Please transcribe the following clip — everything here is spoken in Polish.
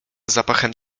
zapachem